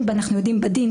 - אנחנו יודעים בדין,